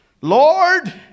Lord